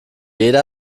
jeder